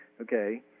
okay